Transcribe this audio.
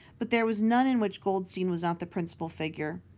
but there was none in which goldstein was not the principal figure.